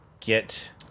get